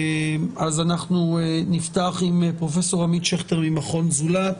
אנחנו נפתח עם פרופסור עמית שכטר ממכון "זולת".